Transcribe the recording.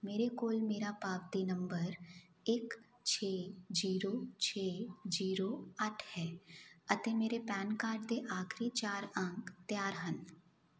ਮੇਰੇ ਕੋਲ ਮੇਰਾ ਪਾਵਤੀ ਨੰਬਰ ਇੱਕ ਛੇ ਜੀਰੋ ਛੇ ਜੀਰੋ ਅੱਠ ਹੈ ਅਤੇ ਮੇਰੇ ਪੈਨ ਕਾਰਡ ਦੇ ਆਖਰੀ ਛਾਰ ਅੰਕ ਤਿਆਰ ਹਨ